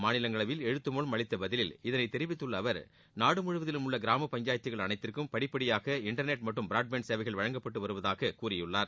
மாநிலங்களவையில் எழுத்து மூலம் அளித்த பதிலில் இதனைத் தெரிவித்துள்ள அவர் நாடு முழுவதிலும் உள்ள கிராம பஞ்சாயத்துக்கள் அனைத்திற்கும் படிப்படியாக இன்டர்நெட் மற்றும் ப்ராட்பேண்ட் சேவைகள் வழங்கப்பட்டு வருவதாகக் கூறியுள்ளார்